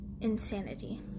insanity